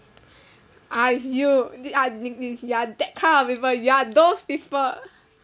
ah it's you i~ uh thi~ thi~ ya that kind of people you're those people